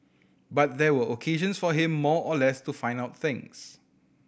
but they were occasions for him more or less to find out things